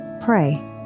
pray